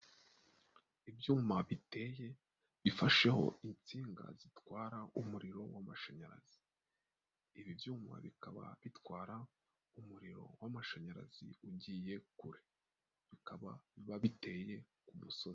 Ibyuma biteye bifasheho insinga zitwara umuriro w'amashanyarazi. Ibi byuma bikaba bitwara umuriro w'amashanyarazi ugiye kure. Bikaba biba biteye ku musozi.